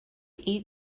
eat